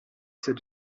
said